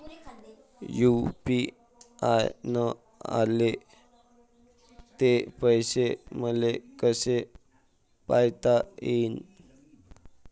UPI न आले ते पैसे मले कसे पायता येईन?